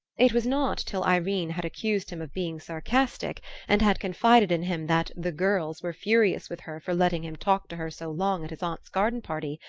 it was not till irene had accused him of being sarcastic and had confided in him that the girls were furious with her for letting him talk to her so long at his aunt's garden-party,